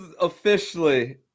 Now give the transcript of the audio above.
officially